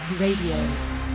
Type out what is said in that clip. Radio